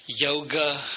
yoga